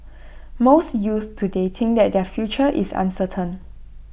most youths today think that their future is uncertain